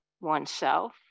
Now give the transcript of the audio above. oneself